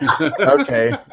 Okay